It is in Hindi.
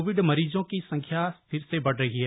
कोविड मरीजों की संख्या फिर से बढ़ रही है